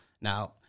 Now